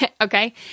okay